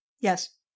yes